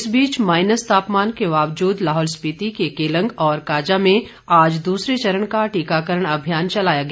इस बीच माईनस तापमान के बावजूद लाहौल स्पिति के केलंग और काजा में आज दूसरे चरण का टीकाकरण अभियान चलाया गया